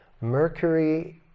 Mercury